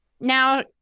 Now